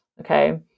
Okay